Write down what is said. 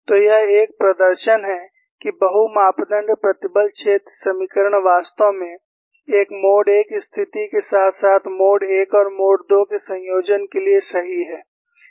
तो यह एक प्रदर्शन है कि बहु मापदण्ड प्रतिबल क्षेत्र समीकरण वास्तव में एक मोड 1 स्थिति के साथ साथ मोड 1 और मोड 2 के संयोजन के लिए सही हैं